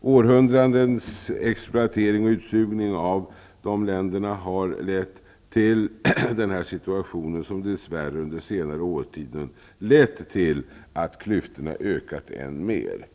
Århundradens exploatering och utsugning av dessa länder har lett till denna situation. Den har dess värre under senare årtionden lett till att klyftorna ökat än mer.